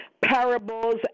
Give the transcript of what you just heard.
parables